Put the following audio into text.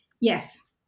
yes